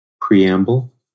Preamble